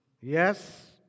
Yes